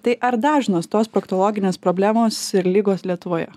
tai ar dažnos tos proktologinės problemos ir ligos lietuvoje